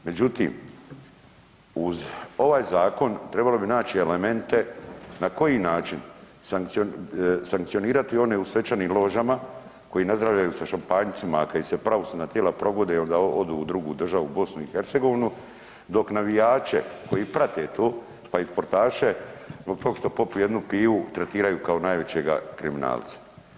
Međutim, uz ovaj zakon trebalo bi naći elemente na koji način sankcionirati one u svečanim ložama koji nazdravljaju sa šampanjcima, a kad ih se pravosudna tijela progone onda odu u drugu državu BiH, dok navijače koji prate to pa i sportaše zbog tog što popiju jednu pivu tretiraju kao najvećega kriminalca.